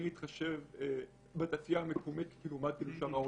להתחשב בתעשייה המקומית לעומת שאר העולם.